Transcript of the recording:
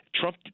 Trump